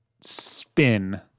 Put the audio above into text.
Spin